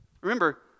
Remember